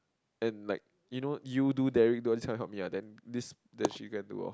and like you know you do Derrick help me ah then this then she can do lor